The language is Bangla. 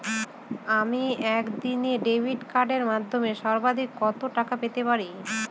আমি একদিনে ডেবিট কার্ডের মাধ্যমে সর্বাধিক কত টাকা পেতে পারি?